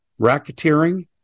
racketeering